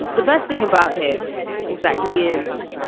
the best thing about him is that he is.